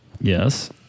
Yes